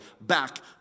back